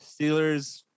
Steelers